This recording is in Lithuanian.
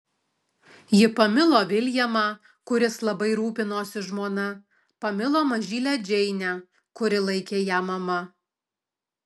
ji pamilo viljamą kuris labai rūpinosi žmona pamilo mažylę džeinę kuri laikė ją mama